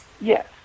Yes